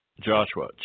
Joshua